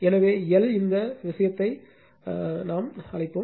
எனவே எல் இந்த விஷயத்தை அழைப்போம்